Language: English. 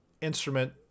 instrument